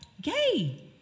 gay